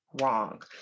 wrong